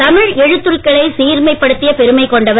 தமிழ் எழுத்துருக்களை சீர்மைப்படுத்திய பெருமை கொண்டவர்